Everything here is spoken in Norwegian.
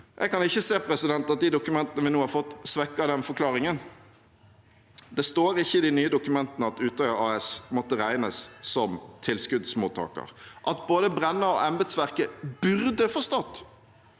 Jeg kan ikke se at de dokumentene vi nå har fått, svekker den forklaringen. Det står ikke i de nye dokumentene at Utøya AS måtte regnes som tilskuddsmottaker. At både Brenna og embetsverket burde forstått,